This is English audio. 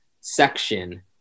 section